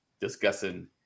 discussing